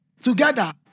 together